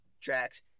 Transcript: tracks